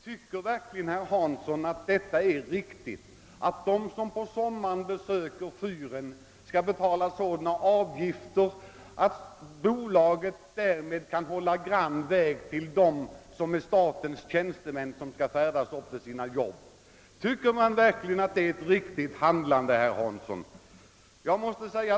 Tycker verkligen herr Hansson att det är riktigt att de som på sommaren besöker fyren skall betala sådana avgifter att bolaget därmed kan hålla farbar väg för dem som är statens tjänstemän och som på vägen skall färdas till sitt arbete? Tycker verkligen herr Hansson att detta är ett riktigt handlingssätt?